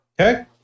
okay